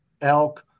elk